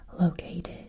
Located